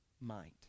mind